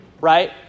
right